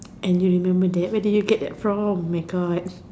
and you remember that where do you get that from my God